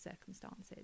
circumstances